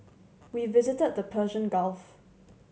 we visited the Persian Gulf